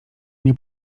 nie